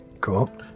cool